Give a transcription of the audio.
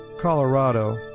Colorado